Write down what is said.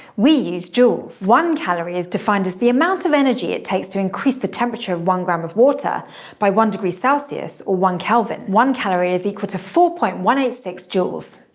we use joules. one calorie is defined as the amount of energy it takes to increase the temperature of one gram of water by one degree celsius or one kelvin. one calorie is equal to four point one eight six joules.